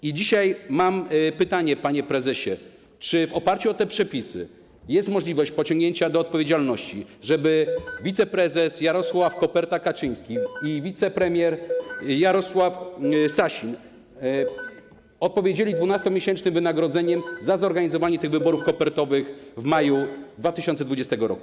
I dzisiaj mam pytanie, panie prezesie: Czy w oparciu o te przepisy jest możliwość pociągnięcia do odpowiedzialności, żeby prezes Jarosław „Koperta” Kaczyński i wicepremier Jacek Sasin odpowiedzieli 12-miesięcznym wynagrodzeniem za zorganizowanie tych wyborów kopertowych w maju 2020 r.